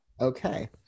Okay